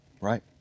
right